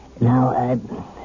Now